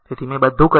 તેથી મેં બધું કહ્યું